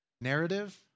Narrative